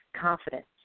confidence